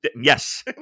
yes